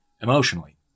emotionally